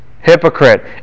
Hypocrite